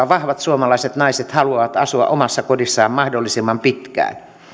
vahvat suomalaiset naiset haluavat asua omassa kodissaan mahdollisimman pitkään